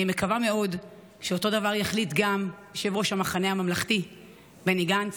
אני מקווה מאוד שאותו דבר יחליט גם יושב-ראש המחנה הממלכתי בני גנץ.